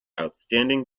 outstanding